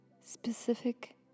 specific